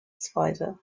spider